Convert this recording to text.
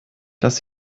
dass